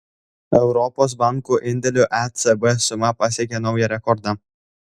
europos bankų indėlių ecb suma pasiekė naują rekordą